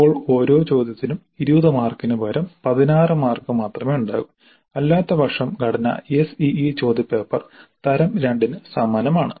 അപ്പോൾ ഓരോ ചോദ്യത്തിനും 20 മാർക്കിന് പകരം 16 മാർക്ക് മാത്രമേ ഉണ്ടാകൂ അല്ലാത്തപക്ഷം ഘടന SEE ചോദ്യപേപ്പർ തരം II ന് സമാനമാണ്